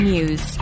News